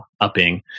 upping